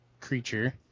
creature